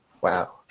Wow